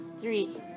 Three